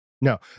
No